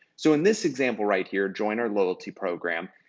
so, in this example right here, join our loyalty program,